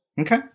Okay